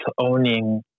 owning